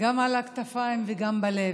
גם על הכתפיים וגם בלב,